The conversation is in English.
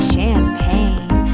Champagne